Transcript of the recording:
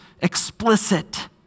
explicit